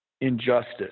injustice